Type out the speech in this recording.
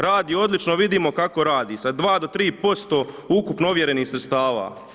Radi odlično, vidimo kako radi, sa 2-3% ukupno ovjerenih sredstava.